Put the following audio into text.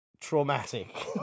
traumatic